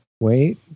wait